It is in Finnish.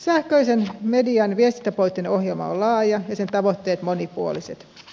sähköisen median viestintäpoliittinen ohjelma on laaja ja sen tavoitteet monipuoliset